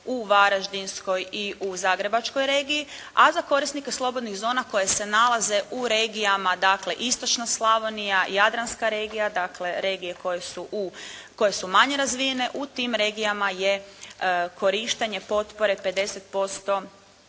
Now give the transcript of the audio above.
u Varaždinskoj i u Zagrebačkoj regiji. A za korisnike slobodnih zona koje se nalaze u regijama dakle istočna Slavonija, jadranska regija. Dakle regije koje su u, koje su manje razvijene u tim regijama je korištenje potpore 50%